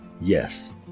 yes